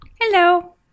Hello